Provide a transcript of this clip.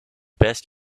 best